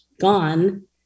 gone